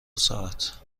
ساعت